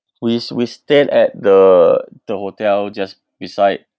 we we stayed at the the hotel just beside